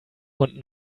und